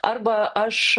arba aš